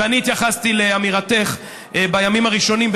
ואני התייחסתי לאמירתך בימים הראשונים.